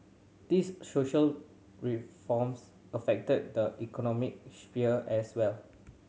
these social reforms affected the economic sphere as well